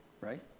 right